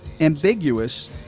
ambiguous